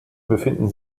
befinden